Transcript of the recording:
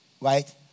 right